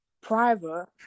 private